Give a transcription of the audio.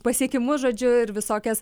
pasiekimus žodžiu ir visokias